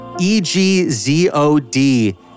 E-G-Z-O-D